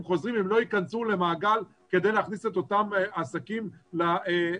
חוזרים הם לא ייכנסו למעגל כדי להכניס את אותם עסקים להגבלה.